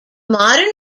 modern